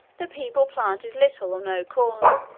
the people planted little or no corn,